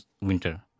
winter